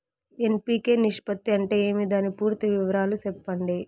NPK నిష్పత్తి అంటే ఏమి దాని పూర్తి వివరాలు సెప్పండి?